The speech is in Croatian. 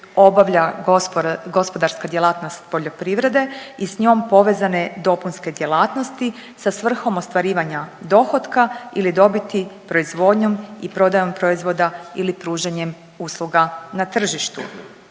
obavlja gospodarska djelatnost poljoprivrede i s njom povezane dopunske djelatnosti sa svrhom ostvarivanja dohotka ili dobiti proizvodnjom i prodajom proizvoda ili pružanjem usluga na tržištu.